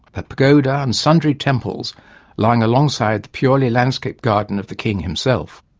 but pagoda and sundry temples lying alongside the purely landscape garden of the king himself.